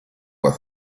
were